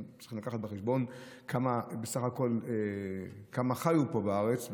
אנחנו צריכים להביא בחשבון כמה חיו פה בארץ,